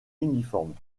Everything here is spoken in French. uniforme